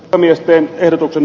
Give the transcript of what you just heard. a miesten ehdoton